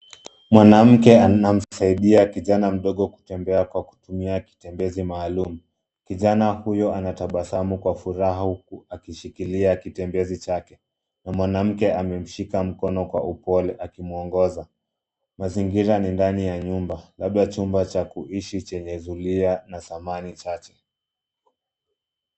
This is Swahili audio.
Mwanamke anamsaidia kijana mdogo kutembea kwa kutumia kitembezi maaalum. Kijana huyo anatabasamu kwa furaha huku akishikilia kitembezi chake, na mwanamke amemshika mkono kwa upole akimuongoza. Mazingira ni ndani ya nyumba labda chumba cha kuishi chenye zulia na samani chache.